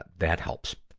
that helps,